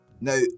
now